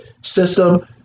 system